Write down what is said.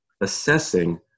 assessing